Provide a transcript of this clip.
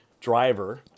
driver